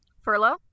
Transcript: furlough